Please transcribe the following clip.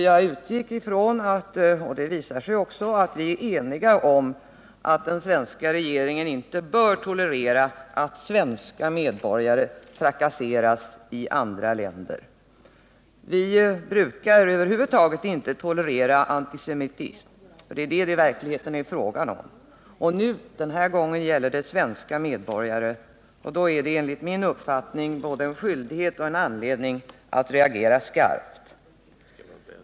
Jag utgick ifrån — och det visar sig också vara riktigt — att vi är eniga om att den svenska regeringen inte bör tolerera att svenska medborgare trakasseras i andra länder. Vi brukar över huvud taget inte tolerera antisemitism — det är det det är fråga om. Den här gången gäller det svenska medborgare, och då har vi enligt min mening både anledning och skyldighet att reagera skarpt.